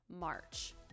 March